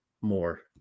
more